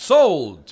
Sold